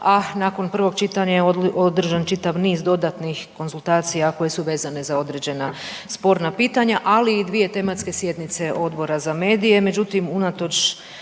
a nakon prvog čitanja je održan čitav niz dodatnih konzultacija koje su vezane za određena sporna pitanja, ali i dvije tematske sjednice Odbora za medije. Međutim, unatoč